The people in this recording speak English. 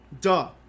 duh